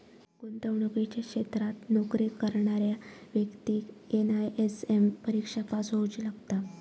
गुंतवणुकीच्या क्षेत्रात नोकरी करणाऱ्या व्यक्तिक एन.आय.एस.एम परिक्षा पास होउची लागता